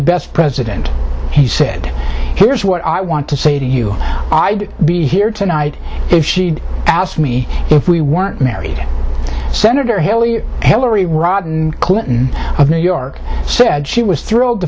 best president he said here's what i want to say to you i'd be here tonight if she'd asked me if we weren't married senator hillary hillary rodham clinton of new york said she was thrilled to